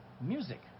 music